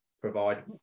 provide